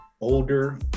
older